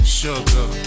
sugar